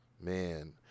Man